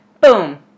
BOOM